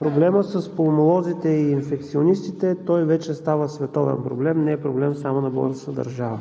проблемът с пулмолозите и инфекционистите вече става световен проблем, не е проблем само на българската държава,